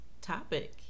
topic